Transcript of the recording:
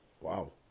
Wow